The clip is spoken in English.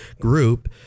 group